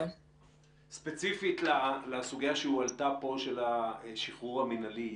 ספציפית לסוגיה שהועלתה כאן לגבי השחרור המינהלי,